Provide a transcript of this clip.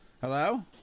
Hello